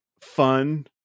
fun